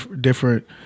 different